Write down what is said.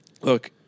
Look